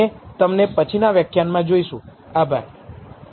અમે તમને પછીના વ્યાખ્યાનમાં જોઈશું